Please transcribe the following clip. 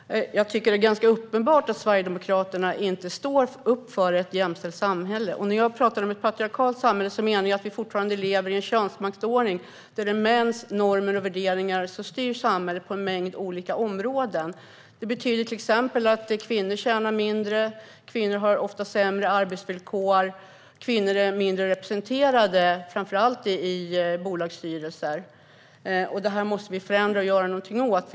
Fru talman! Jag tycker att det är ganska uppenbart att Sverigedemokraterna inte står upp för ett jämställt samhälle. När jag talar om ett patriarkalt samhälle menar jag att vi fortfarande lever i en könsmaktsordning där det är mäns normer och värderingar som styr samhället på en mängd olika områden. Det betyder till exempel att kvinnor tjänar mindre, ofta har sämre arbetsvillkor och är sämre representerade, framför allt i bolagsstyrelser. Det här måste vi förändra och göra någonting åt.